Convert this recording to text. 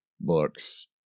books